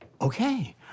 Okay